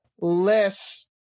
less